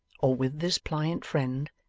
or with this pliant friend,